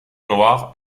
noir